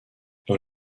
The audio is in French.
dans